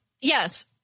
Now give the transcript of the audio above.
Yes